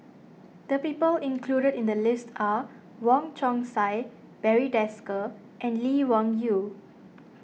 the people included in the list are Wong Chong Sai Barry Desker and Lee Wung Yew